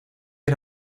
era